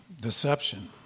deception